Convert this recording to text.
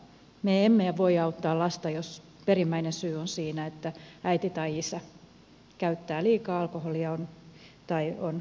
me emme voi auttaa lasta jos perimmäinen syy on siinä että äiti tai isä käyttää liikaa alkoholia tai on mielenterveysongelmainen